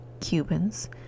cubans